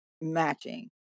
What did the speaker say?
matching